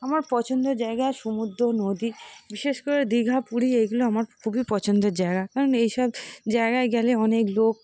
আমার পছন্দের জায়গা সমুদ্র নদী বিশেষ করে দীঘা পুরী এইগুলো আমার খুবই পছন্দের জায়গা কারণ এই সব জায়গায় গেলে অনেক লোক